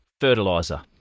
fertilizer